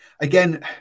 again